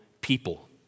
people